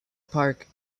park